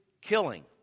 killing